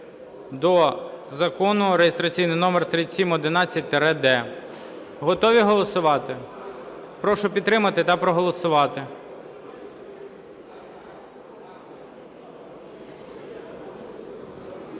до Закону реєстраційний номер 3711-д. Готові голосувати? Прошу підтримати та проголосувати.